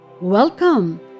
Welcome